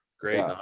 Great